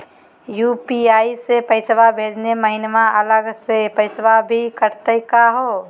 UPI स पैसवा भेजै महिना अलग स पैसवा भी कटतही का हो?